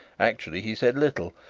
actually, he said little,